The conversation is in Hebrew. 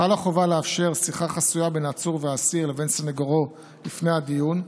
חלה חובה לאפשר שיחה חסויה בין העצור או האסיר לבין סנגורו לפני הדיון,